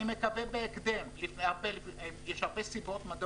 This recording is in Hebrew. אני מקווה בהקדם יש הרבה סיעות למה